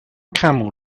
camel